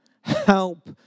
Help